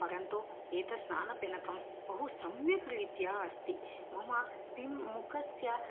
परन्तु एतत् स्नानफेनकं बहु सम्यक् रीत्या अस्ति मम पिम् मुखस्य